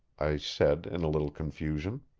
i said in a little confusion.